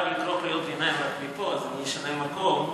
אני מרשה לך,